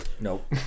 Nope